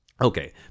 Okay